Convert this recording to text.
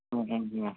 ଆଉ କ'ଣ କୁହ